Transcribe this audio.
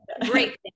Great